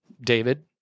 David